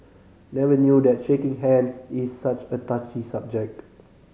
never knew that shaking hands is such a touchy subject